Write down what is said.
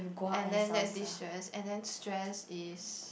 and then that's destress and then stress is